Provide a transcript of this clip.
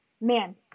man